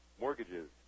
mortgages